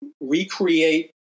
recreate